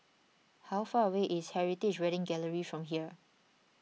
how far away is Heritage Wedding Gallery from here